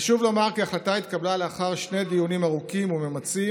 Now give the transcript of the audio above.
חשוב לומר כי ההחלטה התקבלה לאחר שני דיונים ארוכים וממצים,